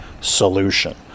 solution